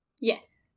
Yes